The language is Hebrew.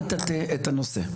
אל תטה את הנושא.